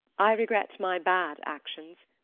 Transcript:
i regret my bad actions.